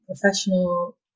Professional